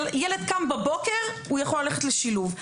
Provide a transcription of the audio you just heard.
ילד קם בבוקר הוא יכול ללכת לשילוב.